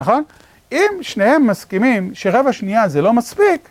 נכון? אם שניהם מסכימים שרבע שנייה זה לא מספיק.